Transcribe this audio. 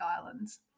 islands